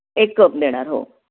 एक कप देणार हो